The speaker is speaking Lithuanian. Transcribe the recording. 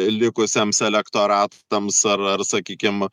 likusiems elektoratams ar ar sakykim